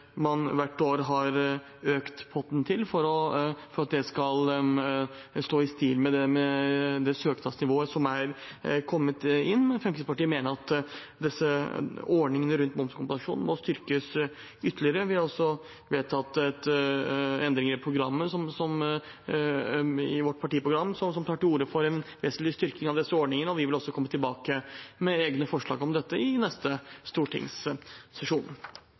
man hvert år har økt potten til for at det skal stå i stil med det søknadsnivået som er kommet inn. Fremskrittspartiet mener at ordningene rundt momskompensasjon må styrkes ytterligere. Vi har også vedtatt endringer i vårt partiprogram som tar til orde for en vesentlig styrking av disse ordningene, og vi vil komme tilbake med egne forslag om dette i neste stortingssesjon.